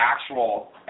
actual